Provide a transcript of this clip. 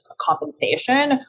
compensation